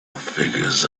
figures